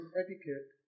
etiquette